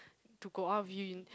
to go out with you you